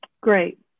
Great